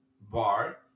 bar